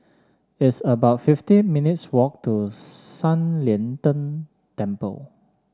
it's about fifty minutes' walk to San Lian Deng Temple